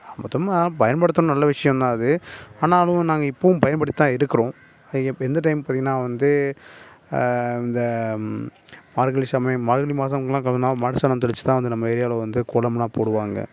மொத்தமாக பயன்படுத்தனும் நல்ல விஷியம் தான் அது ஆனாலும் நாங்கள் இப்போவும் பயன்படுத்தி தான் இருக்கிறோம் அது எப் எந்த டைம் பார்த்தீங்கன்னா வந்து இந்த மார்கழி சமயம் மார்கழி மாதம்லாம் மாட்டு சாணம் தெளிச்சு தான் வந்து நம்ம ஏரியாவில வந்து கோலம் எல்லாம் போடுவாங்க